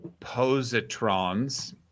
positrons